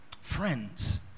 friends